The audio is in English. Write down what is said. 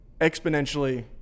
exponentially